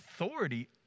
authority